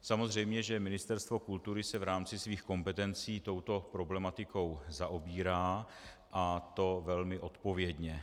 Samozřejmě že Ministerstvo kultury se v rámci svých kompetencí touto problematikou zaobírá, a to velmi odpovědně.